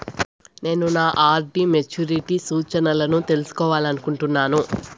నేను నా RD maturity సూచనలను తెలుసుకోవాలనుకుంటున్నాను